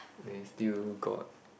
then still got